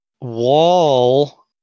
wall